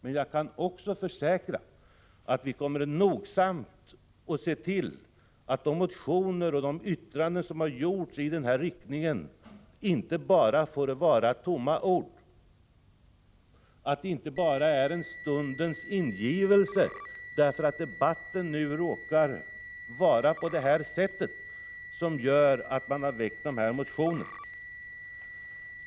Men jag kan också försäkra att vi nogsamt kommer att se till att de motioner som har väckts och de yttranden som har fällts i den här riktningen inte bara får vara tomma ord, att det inte bara är en stundens ingivelse därför att debatten nu råkar föras på det här sättet som gjort att man har väckt dessa motioner.